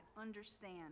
understand